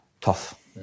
Tough